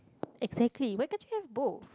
exactly why can't you have both